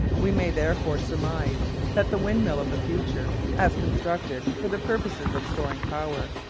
we may therefore surmise that the windmill of the future, as constructed for the purposes of storing power,